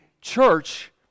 church